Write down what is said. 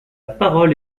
parole